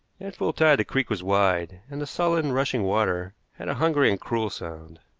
at full tide the creek was wide, and the sullen, rushing water had a hungry and cruel sound.